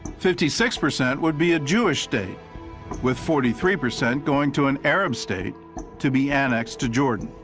fifty six percent would be a jewish state with forty three percent going to an arab state to be annexed to jordan.